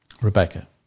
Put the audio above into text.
Rebecca